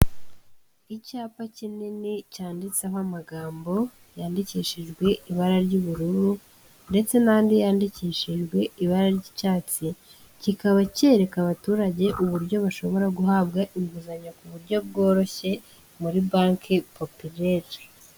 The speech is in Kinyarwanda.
Icyapa kinini cyanditseho amagambo yandikishijwe ibara ry'ubururu ndetse n'andi yandikishijwe ibara ry'icyatsi, kikaba cyereka abaturage uburyo bashobora guhabwa inguzanyo ku buryo bworoshye muri banki popirere.